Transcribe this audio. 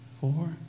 Four